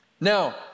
Now